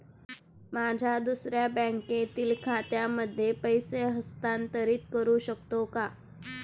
माझ्या दुसऱ्या बँकेतील खात्यामध्ये पैसे हस्तांतरित करू शकतो का?